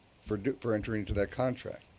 for for entering into that contract.